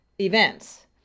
events